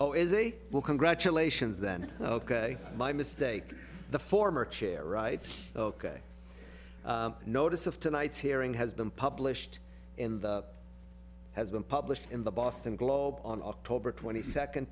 oh is a well congratulations then ok my mistake the former chair right ok notice of tonight's hearing has been published in the has been published in the boston globe on october twenty second